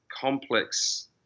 complex